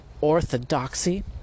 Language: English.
orthodoxy